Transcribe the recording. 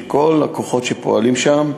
של כל הכוחות שפועלים שם,